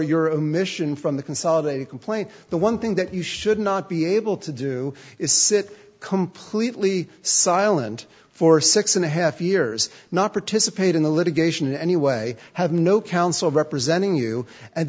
a mission from the consolidated complaint the one thing that you should not be able to do is sit completely silent for six and a half years not participate in the litigation anyway have no counsel representing you and